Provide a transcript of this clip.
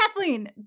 Kathleen